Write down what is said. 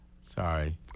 sorry